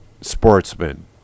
Sportsman